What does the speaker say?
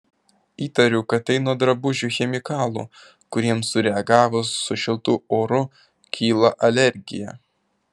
įtariu kad tai nuo drabužių chemikalų kuriems sureagavus su šiltu oru kyla alergija